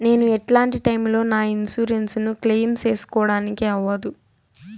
నేను ఎట్లాంటి టైములో నా ఇన్సూరెన్సు ను క్లెయిమ్ సేసుకోవడానికి అవ్వదు?